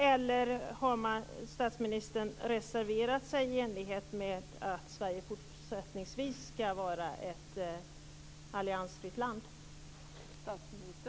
Eller har statsministern reserverat sig med hänsyn till att Sverige även fortsättningsvis skall vara ett alliansfritt land?